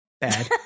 Bad